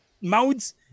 mouths